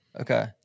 okay